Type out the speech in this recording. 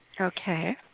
Okay